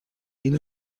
این